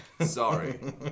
Sorry